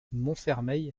montfermeil